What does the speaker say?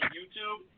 YouTube